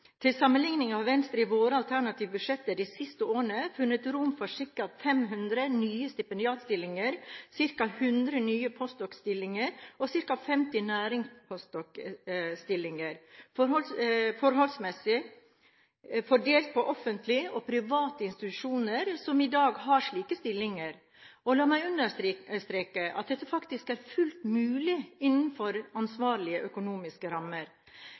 Til sammenligning har Venstre i sine alternative budsjetter de siste årene funnet rom for ca. 500 nye stipendiatstillinger, ca. 100 nye postdokstillinger og ca. 50 nærings-postdokstillinger, forholdsmessig fordelt på offentlige og private institusjoner som i dag har slike stillinger. La meg understreke at dette faktisk er fullt mulig innenfor ansvarlige økonomiske rammer.